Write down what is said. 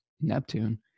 Neptune